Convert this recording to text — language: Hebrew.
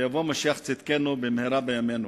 ויבוא משיח צדקנו במהרה בימינו".